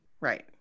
Right